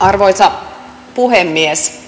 arvoisa puhemies